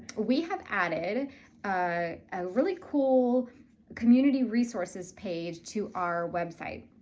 we have added a really cool community resources page to our website,